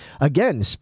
again